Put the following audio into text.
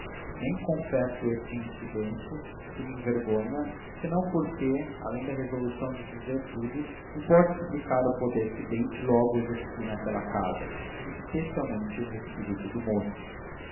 nem confesso este incidente que me envergonha senão porque além da resolução de dizer tudo importa explicar o poder que desde logo exerci naquela casa e especialmente no espírito do moço